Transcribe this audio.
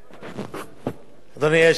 אדוני היושב-ראש, חברי חברי הכנסת,